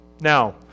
Now